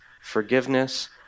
forgiveness